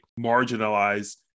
marginalized